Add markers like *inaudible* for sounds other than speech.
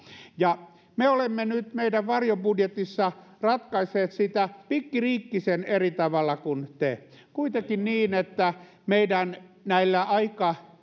me olemme nyt meidän varjobudjetissamme ratkaisseet sitä pikkiriikkisen eri tavalla kuin te kuitenkin niin että meidän näillä aika *unintelligible*